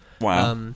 Wow